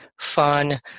fun